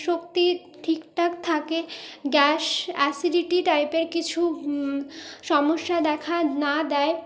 শক্তি ঠিকঠাক থাকে gas acidity টাইপের কিছু সমস্যা দেখা না দেয়